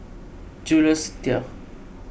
Jules Itier